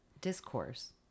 discourse